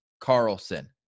Carlson